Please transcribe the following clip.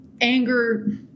anger